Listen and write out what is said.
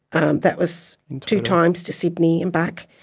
um that was two times to sydney and back,